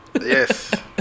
Yes